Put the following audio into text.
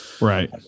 Right